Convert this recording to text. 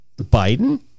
Biden